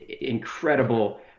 incredible